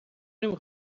نمی